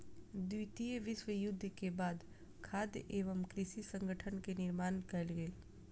द्वितीय विश्व युद्ध के बाद खाद्य एवं कृषि संगठन के निर्माण कयल गेल